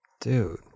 Dude